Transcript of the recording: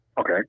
Okay